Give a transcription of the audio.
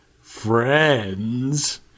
friends